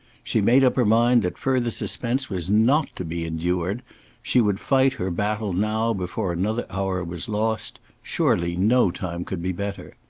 she made up her mind that further suspense was not to be endured she would fight her baffle now before another hour was lost surely no time could be better.